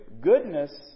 Goodness